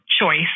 choice